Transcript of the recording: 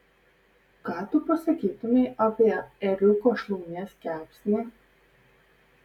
ką tu pasakytumei apie ėriuko šlaunies kepsnį